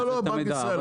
לא, לא, בנק ישראל.